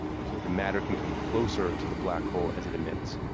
so the matter can come closer to the black hole as it emits.